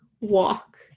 walk